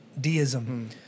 deism